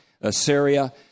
Assyria